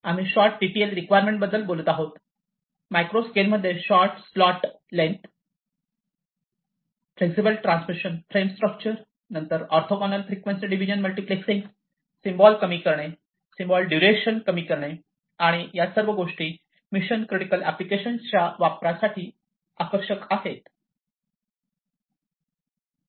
आम्ही short TTL requirement बद्दल बोलत आहोत मायक्रो स्केलमध्ये short slot length flexible transmission frame structure नंतर orthogonal frequency division multiplexing symbol कमी करणे सिम्बॉल दुरेशन कमी करणे आणि या सर्व गोष्टी मिशन क्रिटिकल एप्लीकेशन च्या वापरासाठी आकर्षक आहेत